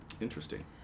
Interesting